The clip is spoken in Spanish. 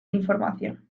información